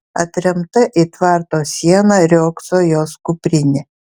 atremta į tvarto sieną riogso jos kuprinė